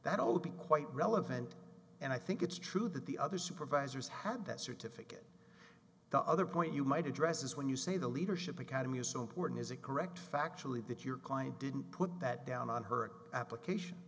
would be quite relevant and i think it's true that the other supervisors have that certificate the other point you might address is when you say the leadership academy is so important is it correct factually that your client didn't put that down on her application